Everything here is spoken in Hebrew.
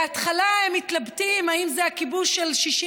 בהתחלה הם מתלבטים: האם זה הכיבוש של 67'?